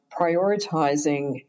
prioritizing